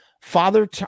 Father